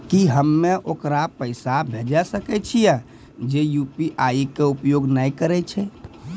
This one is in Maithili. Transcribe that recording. की हम्मय ओकरा पैसा भेजै सकय छियै जे यु.पी.आई के उपयोग नए करे छै?